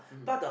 mmhmm